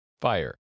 Fire